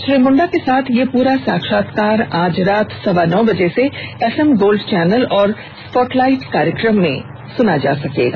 श्री मुंडा के साथ यह पूरा साक्षात्कार आज रात सवा नौ बजे से एफ एम गोल्ड चैनल पर स्पॉट लाइट कार्यक्रम में सुना जा सकता है